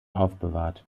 aufbewahrt